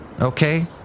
Okay